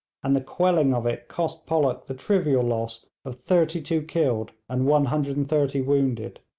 and the quelling of it cost pollock the trivial loss of thirty-two killed and one hundred and thirty wounded.